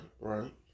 right